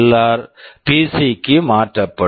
R LR PC PC க்கு மாற்றப்படும்